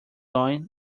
going